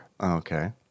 Okay